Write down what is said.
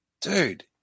Dude